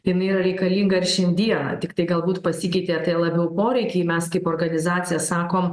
jinai yra reikalinga ir šiandieną tiktai galbūt pasikeitė tie labiau poreikiai mes kaip organizacija sakom